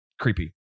creepy